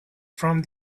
from